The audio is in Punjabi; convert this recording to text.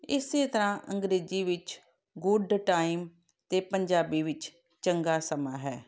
ਇਸੇ ਤਰ੍ਹਾਂ ਅੰਗਰੇਜ਼ੀ ਵਿੱਚ ਗੁੱਡ ਟਾਈਮ ਅਤੇ ਪੰਜਾਬੀ ਵਿੱਚ ਚੰਗਾ ਸਮਾਂ ਹੈ